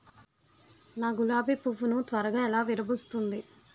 నా గులాబి పువ్వు ను త్వరగా ఎలా విరభుస్తుంది?